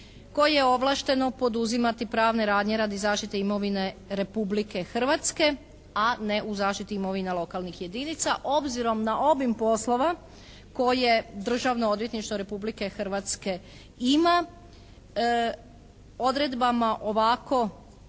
koje je ovlašteno poduzimati pravne radnje radi zaštite imovine Republike Hrvatske, a ne u zaštiti imovina lokalnih jedinica. Obzirom na obim poslova koje Državno odvjetništvo Republike Hrvatske ima odredbama ovako,